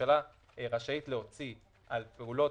שממשלה רשאית להוציא על פעולות,